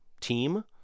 team